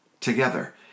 together